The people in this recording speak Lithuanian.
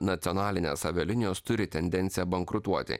nacionalinės avialinijos turi tendenciją bankrutuoti